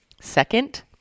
Second